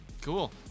Cool